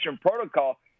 protocol